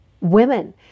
women